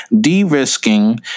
De-risking